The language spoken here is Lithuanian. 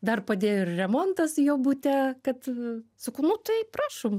dar padėjo ir remontas jo bute kad suku nu tai prašom